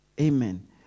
Amen